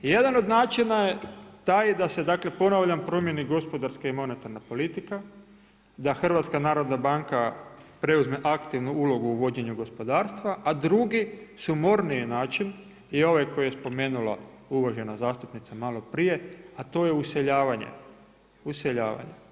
Jedan od načina je taj, dakle, ponavljam, promjeni gospodarska i monetarna politika, da HNB preuzme aktivnu ulogu u vođenju gospodarstva, a drugi sumorniji način, je ovaj koji je spomenula zastupnica malo prije, a to je useljavanje.